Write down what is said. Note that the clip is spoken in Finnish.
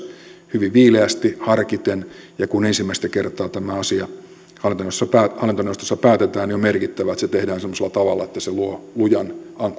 hyvin viileästi harkiten ja kun ensimmäistä kertaa tämä asia hallintoneuvostossa päätetään on merkittävää että se tehdään semmoisella tavalla että se luo lujan ankkuroidun